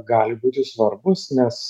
gali būti svarbūs nes